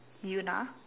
Yoona